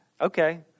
Okay